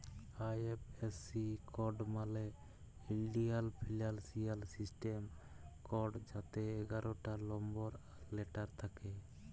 IFSC code মালে ইলডিয়াল financial system code যাতে এগারটা লম্বর আর লেটার থ্যাকে